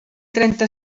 trenta